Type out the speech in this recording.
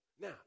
Now